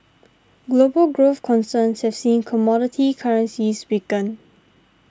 global growth concerns have seen commodity currencies weaken